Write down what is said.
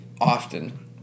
often